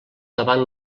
davant